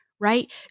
Right